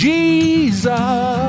Jesus